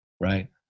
Right